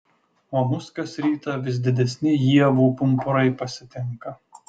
o mus kas rytą vis didesni ievų pumpurai pasitinka